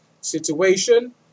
situation